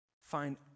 find